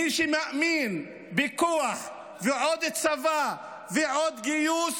מי שמאמין בכוח ועוד צבא ועוד גיוס,